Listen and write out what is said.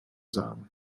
sagen